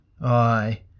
Aye